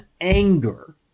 anger